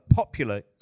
Popular